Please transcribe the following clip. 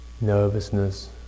Nervousness